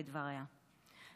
לדבריה.